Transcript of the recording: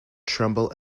tremble